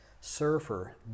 surfer